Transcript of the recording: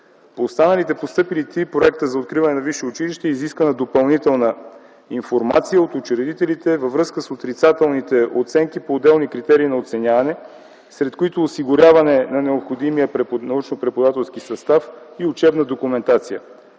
За останалите постъпили три проекти за откриване на висши училища е изискана допълнителна информация от учредителите във връзка с отрицателните оценки по отделни критерии на оценяване, сред които осигуряване на необходим научно-преподавателски състав и учебна документация.